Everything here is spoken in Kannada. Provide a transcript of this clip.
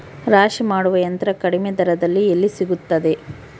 ರಾಶಿ ಮಾಡುವ ಯಂತ್ರ ಕಡಿಮೆ ದರದಲ್ಲಿ ಎಲ್ಲಿ ಸಿಗುತ್ತದೆ?